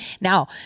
Now